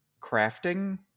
crafting